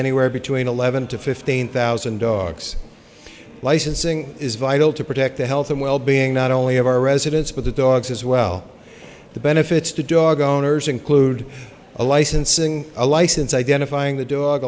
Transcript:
anywhere between eleven to fifteen thousand dogs licensing is vital to protect the health and wellbeing not only of our residents but the dogs as well the benefits to dog owners include a licensing a license identifying the dog